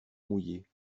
mouillé